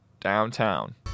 downtown